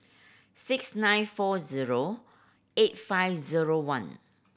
six nine four zero eight five zero one